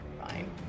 fine